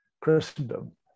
christendom